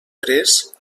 tres